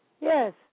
Yes